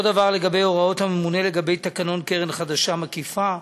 אותו דבר לגבי הוראות הממונה לגבי תקנון קרן חדשה מקיפה.